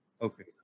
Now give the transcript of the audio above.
Okay